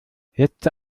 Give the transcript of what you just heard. letzte